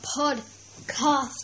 podcast